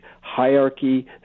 hierarchy